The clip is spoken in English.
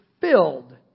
filled